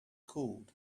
cooled